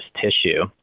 tissue